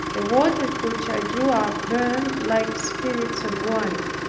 the waters which i threw up burned like spirits of wine.